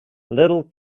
little